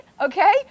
okay